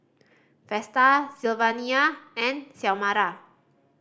Vesta Sylvania and Xiomara